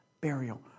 burial